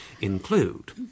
include